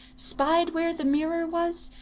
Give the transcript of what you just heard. spied where the mirror was,